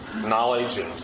knowledge